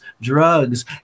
drugs